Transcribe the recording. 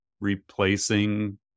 replacing